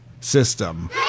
system